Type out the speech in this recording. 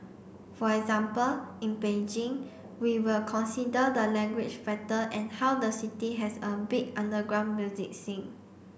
for example in Beijing we will consider the language factor and how the city has a big underground music scene